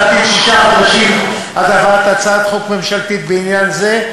יש להמתין שישה חודשים עד להבאת הצעת חוק ממשלתית בעניין זה,